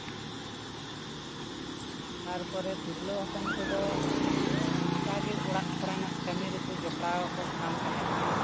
ᱛᱟᱨᱯᱚᱨᱮ ᱛᱤᱨᱞᱟᱹ ᱦᱚᱯᱚᱱ ᱠᱚᱫᱚ ᱡᱟᱜᱮ ᱚᱲᱟᱜ ᱠᱚᱨᱮᱱᱟᱜ ᱠᱟᱹᱢᱤᱨᱮ ᱠᱚ ᱡᱚᱯᱲᱟᱣ ᱠᱚᱜ ᱠᱟᱱ ᱛᱟᱦᱮᱱᱟ